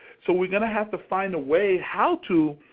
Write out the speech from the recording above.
so we're going to have to find a way how to,